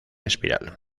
espiral